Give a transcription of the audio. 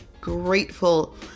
grateful